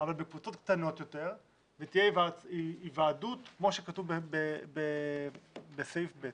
אבל בקבוצות קטנות יותר ותהיה היוועדות כמו שכתוב בסעיף (ב)